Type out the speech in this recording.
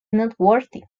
noteworthy